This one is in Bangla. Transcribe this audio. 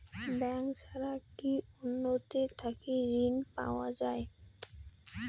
ব্যাংক ছাড়া কি অন্য টে থাকি ঋণ পাওয়া যাবে?